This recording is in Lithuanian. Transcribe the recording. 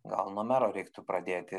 gal nuo mero reiktų pradėti